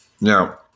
Now